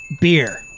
Beer